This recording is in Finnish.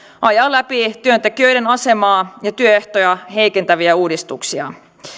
ajaa läpi työntekijöiden asemaa ja työehtoja heikentäviä uudistuksia